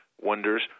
wonders